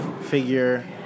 figure